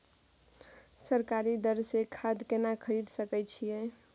सरकारी दर से खाद केना खरीद सकै छिये?